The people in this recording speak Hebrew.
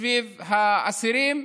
סביב האסירים.